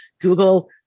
Google